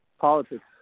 politics